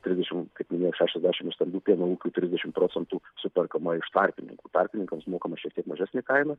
trisdešimt kaip minėjau šešiasdešimt stambių pieno ūkių trisdešimt procentų superkama iš tarpininkų tarpininkams mokama šiek tiek mažesnė kaina